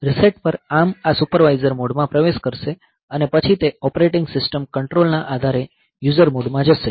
reset પર ARM આ supervisor મોડમાં પ્રવેશ કરશે અને પછી તે ઓપરેટિંગ સિસ્ટમ કંટ્રોલ ના આધારે યુઝર મોડમાં જશે